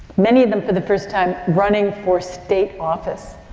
many of them for the first time, running for state office.